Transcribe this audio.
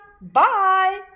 Bye